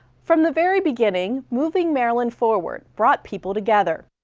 from the very beginning, moving maryland forward brought people together.